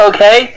Okay